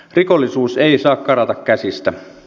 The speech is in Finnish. rikollisuus ei saa karata käsistä